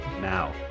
Now